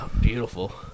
beautiful